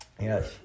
Yes